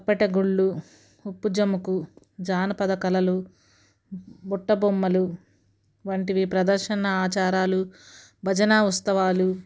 తప్పెటగుళ్ళు ఉప్పుజముకు జానపద కళలు బుట్ట బొమ్మలు వంటివి ప్రదర్శన ఆచారాలు భజనా ఉత్సవాలు